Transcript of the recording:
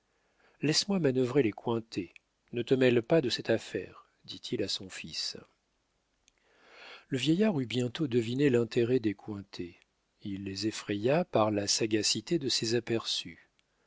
laisse-moi manœuvrer les cointet ne te mêle pas de cette affaire dit-il à son fils le vieillard eut bientôt deviné l'intérêt des cointet il les effraya par la sagacité de ses aperçus